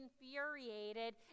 infuriated